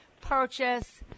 purchase